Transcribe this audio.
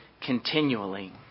continually